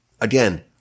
Again